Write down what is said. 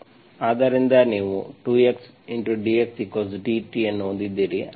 ಆದ್ದರಿಂದ ನೀವು 2x dxdt ಅನ್ನು ಹೊಂದಿದ್ದೀರಿ